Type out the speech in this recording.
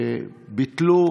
אנשים ביטלו